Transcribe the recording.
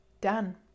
done